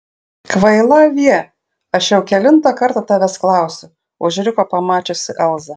kvaila avie aš jau kelintą kartą tavęs klausiu užriko pamačiusi elzą